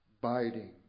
biting